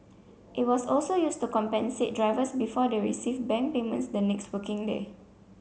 it was also used to compensate drivers before they received bank payments the next working day